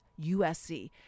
USC